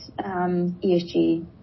ESG